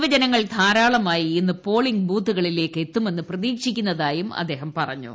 യുവജനങ്ങൾ ധാരാളമായി ഇന്ന് പോളിംഗ് ബൂത്തുകളിലേക്ക് എത്തുമെന്ന് പ്രതീക്ഷിക്കുന്നതായും അദ്ദേഹം പറഞ്ഞു